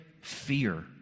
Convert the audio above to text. fear